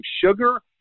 Sugar